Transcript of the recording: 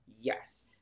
yes